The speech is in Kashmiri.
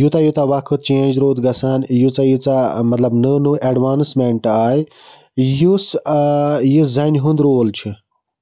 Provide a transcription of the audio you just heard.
یوٗتاہ یوٗتاہ وقت چینٛج روٗد گَژھان ییٖژاہ ییٖژاہ ٲں مطلب نٔو نٔو ایٚڈوانٕسمیٚنٛٹ آے یُس ٲں یہِ زَنہِ ہُنٛد رول چھُ